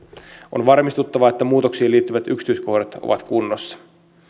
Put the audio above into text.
on varmistuttava että muutoksiin liittyvät yksityiskohdat ovat kunnossa